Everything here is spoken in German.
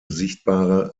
sichtbare